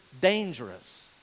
dangerous